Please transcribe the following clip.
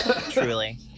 Truly